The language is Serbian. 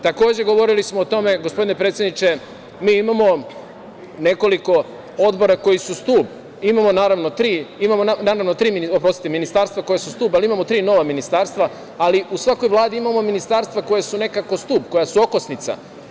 Takođe, govorili smo o tome, gospodine predsedniče, mi imamo nekoliko odbora koji su stub, imamo, naravno, tri ministarstva koji su stub, ali imamo tri nova ministarstva, ali u svakoj vladi imamo ministarstva koja su nekako stub, koja su okosnica.